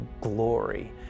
glory